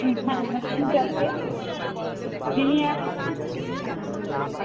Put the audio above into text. হুম হ্যাঁ ঠিক আছে আপনি নিয়ে আসুন হ্যাঁ আর